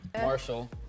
Marshall